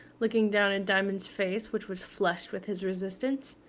looking down in diamond's face, which was flushed with his resistance.